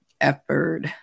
effort